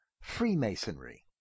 Freemasonry